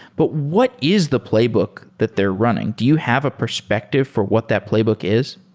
but what is the playbook that they're running? do you have a perspective for what that playbook is?